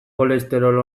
kolesterol